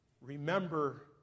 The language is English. remember